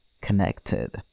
connected